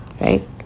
right